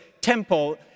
temple